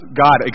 God